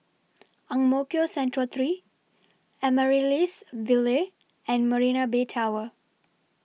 Ang Mo Kio Central three Amaryllis Ville and Marina Bay Tower